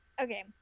Okay